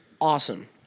awesome